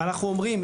ואנחנו אומרים,